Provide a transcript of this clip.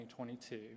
2022